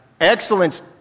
Excellence